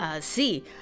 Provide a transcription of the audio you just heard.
See